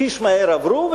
חיש מהר עברו,